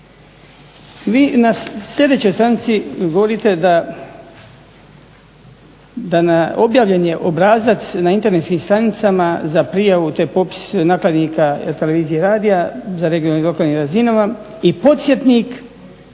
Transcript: Vi na sljedećoj stranici govorite da na, objavljen je obrazac na internetskim stranicama za prijavu te popis nakladnika televizije i radija na regionalnim i lokalnim razinama i podsjetnik